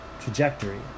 Trajectory